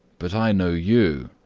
but i know you.